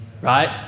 right